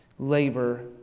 labor